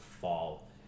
fall